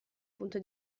punto